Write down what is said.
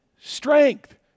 strength